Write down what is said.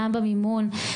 גם במימון,